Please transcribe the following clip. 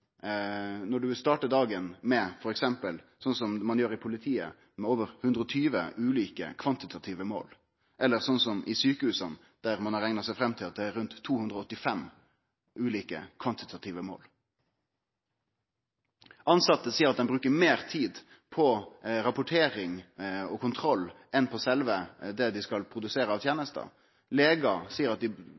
når ein startar dagen f.eks. som ein gjer i politiet, med over 120 ulike kvantitative mål, eller sånn som i sjukehusa, der ein har rekna seg fram til at det er rundt 285 ulike kvantitative mål. Tilsette seier at dei bruker meir tid på rapportering og kontroll enn på sjølve det dei skal produsere av tenester. I spørjeundersøkingar blant leger har over halvparten sagt at dei